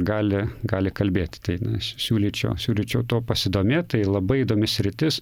gali gali kalbėti tai na aš siūlyčiau siūlyčiau tuo pasidomėt tai labai įdomi sritis